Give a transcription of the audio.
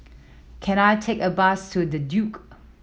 can I take a bus to The Duke